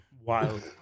Wild